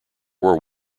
war